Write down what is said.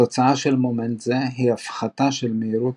התוצאה של מומנט זה היא הפחתה של מהירות